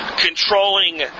Controlling